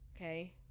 okay